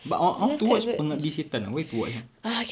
but I I want to watch pengabdi setan ah where to watch ah